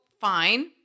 fine